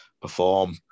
perform